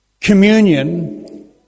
communion